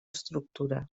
estructura